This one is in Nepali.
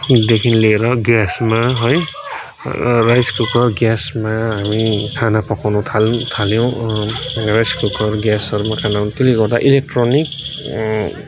देखि लिएर ग्यासमा है र राइस कुकर ग्यासमा हामी खाना पकाउनु थाल थाल्यौँ राइस कुकर ग्यासहरूमा खाना त्यसले गर्दा इलेक्ट्रोनिक